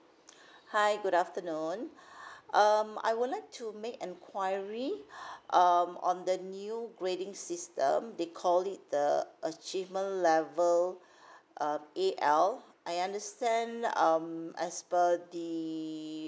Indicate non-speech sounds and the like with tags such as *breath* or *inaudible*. hi good afternoon *breath* um I would like to make enquiry *breath* um on the new grading system they called it the achievement level *breath* uh A L I understand um as per the